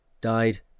Died